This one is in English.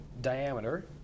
diameter